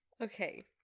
Okay